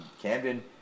Camden